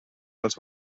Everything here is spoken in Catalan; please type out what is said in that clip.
dels